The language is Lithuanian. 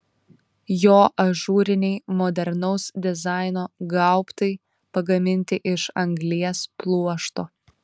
jo ažūriniai modernaus dizaino gaubtai pagaminti iš anglies pluošto